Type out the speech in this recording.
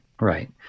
Right